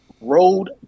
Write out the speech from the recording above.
Road